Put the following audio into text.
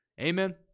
Amen